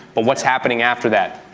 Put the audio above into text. but what's happening after that,